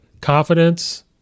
Confidence